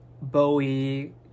Bowie